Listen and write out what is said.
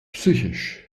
psychisch